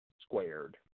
squared